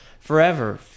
forever